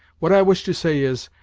what i wish to say is,